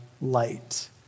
light